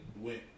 went